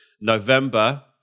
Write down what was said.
November